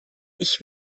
ich